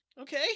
okay